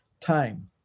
time